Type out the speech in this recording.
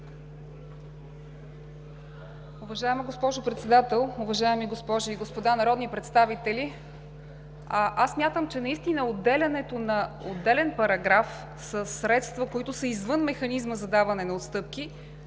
Уважаема госпожо Председател, уважаеми госпожи и господа народни представители! Аз смятам, че наистина отделянето на отделен параграф със средства, които са извън механизма за даване на отстъпки,